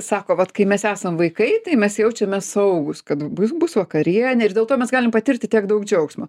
sako vat kai mes esam vaikai tai mes jaučiamės saugūs kad bus bus vakarienė ir dėl to mes galim patirti tiek daug džiaugsmo